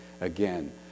again